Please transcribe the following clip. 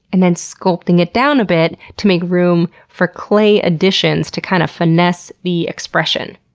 and then sculpting it down a bit to make room for clay additions to kind of finesse the expression.